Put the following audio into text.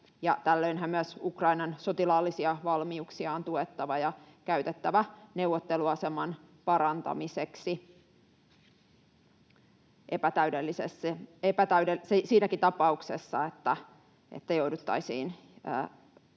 tällöinhän myös Ukrainan sotilaallisia valmiuksia on tuettava ja käytettävä neuvotteluaseman parantamiseksi siinäkin tapauksessa, että jouduttaisiin